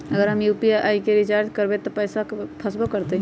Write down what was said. अगर हम यू.पी.आई से रिचार्ज करबै त पैसा फसबो करतई?